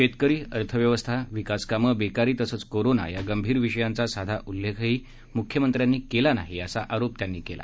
शेतकरी अर्थव्यवस्था विकासकामं बेकारी तसंच कोरोना या गंभीर विषयांचा साधा उल्लेखही मुख्यमंत्र्यांनी केला नाही असा आरोप त्यांनी केला